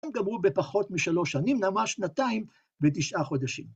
הם גמרו בפחות משלוש שנים, נעמה שנתיים ותשעה חודשים.